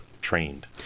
trained